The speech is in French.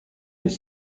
les